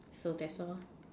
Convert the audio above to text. so that's all